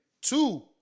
two